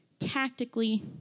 Tactically